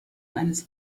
eines